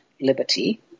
liberty